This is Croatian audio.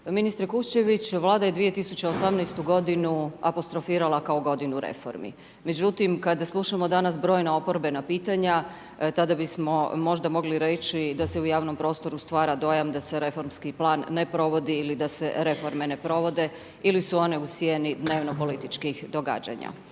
Ministre Kuščević, Vlada je 2018. g. apostrofirala kao godinu reformi. Međutim, kada slušamo danas brojna oporbena pitanja, tada bismo možda mogli reći, da se u javnom prostoru stvara dojam da se reformski plan ne provodi ili da se reforme ne provode ili su one u sijenu dnevno političkih događanja.